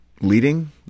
leading